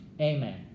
Amen